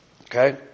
okay